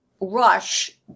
rush